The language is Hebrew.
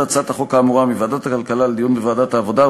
הצעת החוק האמורה מוועדת הכלכלה לדיון בוועדת העבודה,